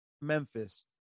Memphis